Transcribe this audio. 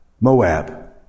Moab